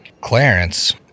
Clarence